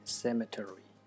cemetery